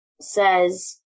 says